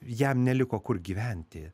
jam neliko kur gyventi